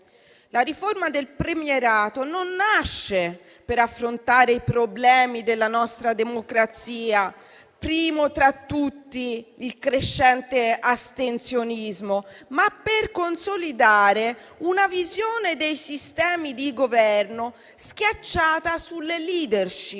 La riforma del premierato non nasce per affrontare i problemi della nostra democrazia, primo tra tutti il crescente astensionismo, ma per consolidare una visione dei sistemi di Governo schiacciata sulle *leadership*,